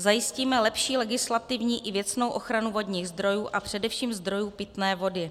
Zajistíme lepší legislativní i věcnou ochranu vodních zdrojů a především zdrojů pitné vody.